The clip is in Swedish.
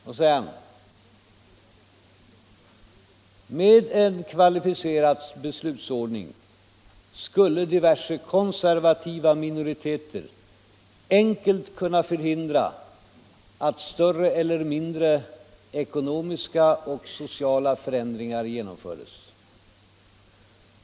Han säger: ”Med en kvalificerad beslutsordning skulle diverse konservativa minoriteter enkelt kunna förhindra att större eller mindre ekonomiska och sociala förändringar genomfördes.